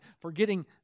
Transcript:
forgetting